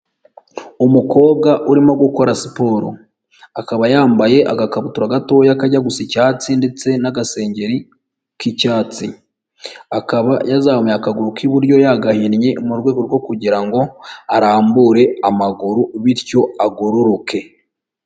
Umukobwa urimo gukora siporo akaba yambaye agakabutura gatoya kajya gusa icyatsi ndetse n'agasengeri k'icyatsi, akaba yazamuye akaguru k'iburyo yagahinnnye mu rwego rwo kugira ngo arambure amaguru bityo agororoke.